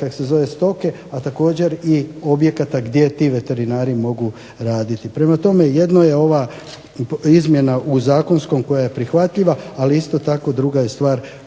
kako se zove stoke, a također i objekata gdje ti veterinari mogu raditi. Prema tome, jedno je ova izmjena u zakonskom koja je prihvatljiva, ali isto tako druga je stvar